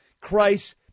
Christ